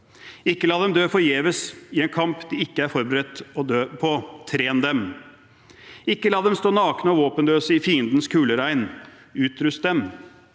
Ikke la dem dø forgjeves, i en kamp de ikke er forberedt på. Tren dem! Ikke la dem stå nakne og våpenløse i fiendens kuleregn. Utrust dem!